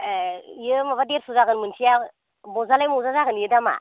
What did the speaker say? एह इयो माबा देरस' जागोन मोनसेया मजा नाय मजा जागोन दामा